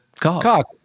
cock